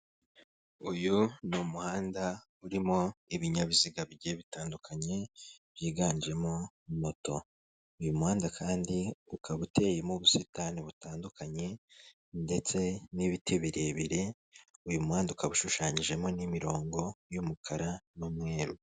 Uyu n'umuhanda urimo ibinyabiziga bigiye bitandukanye byiganjemo moto, uyu muhanda kandi ukaba uteyemo ubusitani butandukanye ndetse n'ibiti birebire, uyu muhanda ukaba ushushanyijemo n'imirongo y'umukara n'umweru.